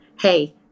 hey